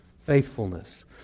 Faithfulness